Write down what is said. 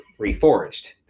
Reforged